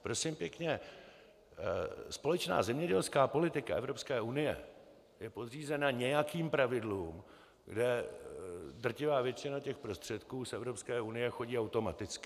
Prosím pěkně, společná zemědělská politika Evropské unie je podřízena nějakým pravidlům, drtivá většina těch prostředků z Evropské unie chodí automaticky.